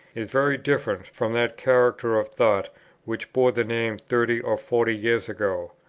is very different from that character of thought which bore the name thirty or forty years ago.